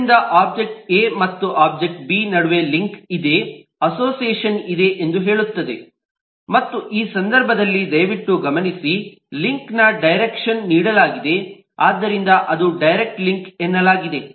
ಆದ್ದರಿಂದ object A ಮತ್ತು object B ನಡುವೆ ಲಿಂಕ್ ಇದೆ ಅಸೋಸಿಯೇಷನ್ ಇದೆ ಎಂದು ಹೇಳುತ್ತದೆ ಮತ್ತು ಈ ಸಂದರ್ಭದಲ್ಲಿ ದಯವಿಟ್ಟು ಗಮನಿಸಿ ಲಿಂಕ್ಗೆ ಡೈರೆಕ್ಷನ್ ನೀಡಲಾಗಿದೆ ಆದ್ದರಿಂದ ಅದು ಡೈರೆಕ್ಟ್ ಲಿಂಕ್ ಎನ್ನಲಾಗಿದೆ